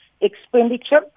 expenditure